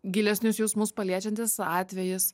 gilesnius jausmus paliečiantis atvejis